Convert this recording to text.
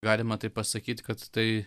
galima taip pasakyt kad tai